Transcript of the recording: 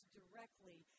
directly